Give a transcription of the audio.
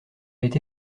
été